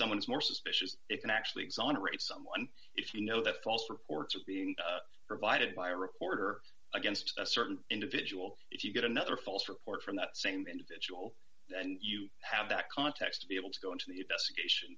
someone is more suspicious it can actually exonerate someone if you know the false reports of being provided by a reporter against a certain individual if you get another false report from that same individual then you have that context to be able to go into the investigation